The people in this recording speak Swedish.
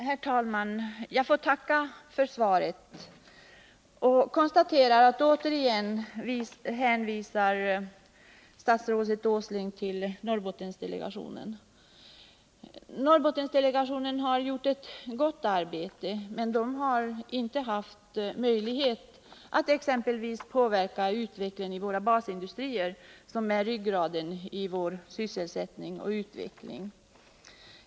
Herr talman! Jag får tacka för svaret på min fråga. Jag konstaterar att statsrådet Åsling återigen hänvisar till Norrbottendelegationen. Norrbottendelegationen har gjort ett gott arbete, men den har inte haft möjlighet att påverka utvecklingen exempelvis i våra basindustrier, som är ryggraden i vår sysselsättning och utveckling.